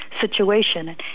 situation